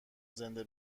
زنده